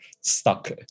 stuck